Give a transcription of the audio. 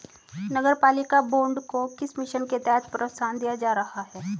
नगरपालिका बॉन्ड को किस मिशन के तहत प्रोत्साहन दिया जा रहा है?